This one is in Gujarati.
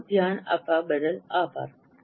તમારું ધ્યાન આપવા બદલ આભાર